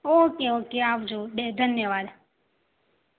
okay okay આવજો ડે ધન્યવાદ